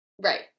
Right